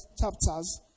chapters